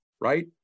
right